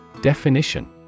Definition